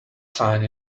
sign